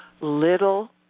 Little